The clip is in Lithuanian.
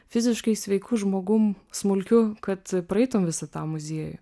fiziškai sveiku žmogum smulkiu kad praeitum visą tą muziejų